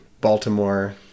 Baltimore